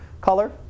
color